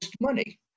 money